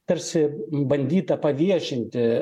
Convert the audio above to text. tarsi bandyta paviešinti